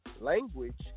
language